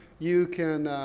you can,